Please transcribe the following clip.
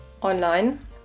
online